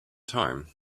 time